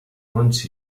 wants